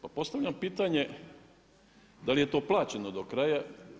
Pa postavljam pitanje, da li je to plaćeno do kraja?